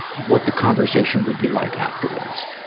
what the conversation would be like afterwards.